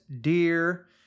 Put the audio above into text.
dear